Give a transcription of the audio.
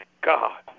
God